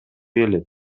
келет